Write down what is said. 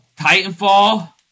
titanfall